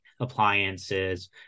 appliances